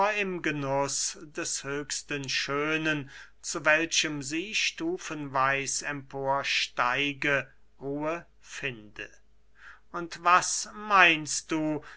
im genuß des höchsten schönen zu welchem sie stufenweis emporsteige ruhe finde und was meinst du